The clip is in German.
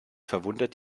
verwundert